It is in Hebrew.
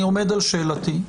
אני עומד על שאלתי,